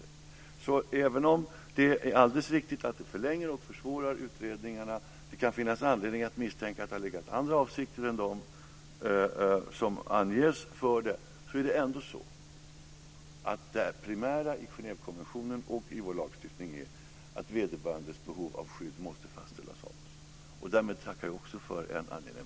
Alltså: Även om det är alldeles riktigt att det förlänger och försvårar utredningarna, även om det kan finnas anledning att misstänka att det har legat andra avsikter bakom än de som anges, är ändå det primära i Genèvekonventionen och i vår lagstiftning att vederbörandes behov av skydd måste fastställas av oss. Därmed tackar jag också för en angenäm debatt.